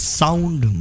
sound